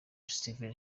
steven